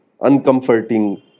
uncomforting